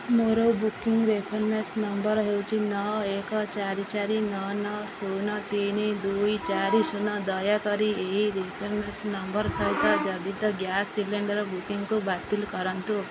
ମୋର booking reference number ହେଉଛି ନଅ ଏକ ଚାରି ଚାରି ନଅ ନଅ ଶୂନ ତିନି ଦୁଇ ଚାରି ଶୂନ ଦୟାକରି ଏହି ରେଫରେନ୍ସ ନମ୍ବର ସହିତ ଜଡ଼ିତ ଗ୍ୟାସ ସିଲିଣ୍ଡର୍ ବୁକିଙ୍ଗକୁ ବାତିଲ କରାନ୍ତୁ